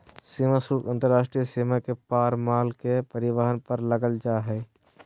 सीमा शुल्क अंतर्राष्ट्रीय सीमा के पार माल के परिवहन पर लगाल जा हइ